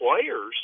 players